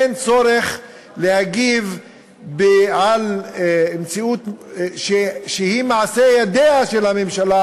אין צורך להגיב על מציאות שהיא מעשה ידיה של הממשלה